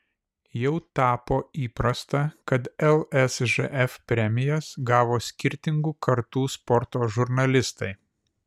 jau tapo įprasta kad lsžf premijas gavo skirtingų kartų sporto žurnalistai